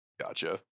Gotcha